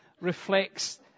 reflects